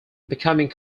becoming